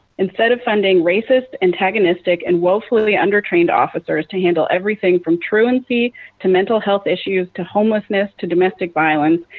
instead of funding racist, antagonistic and woefully undertrained officers to handle everything from truancy to mental health issues to homelessness to domestic violence,